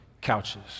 couches